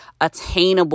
attainable